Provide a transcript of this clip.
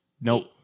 Nope